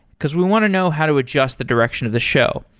because we want to know how to adjust the direction of the show.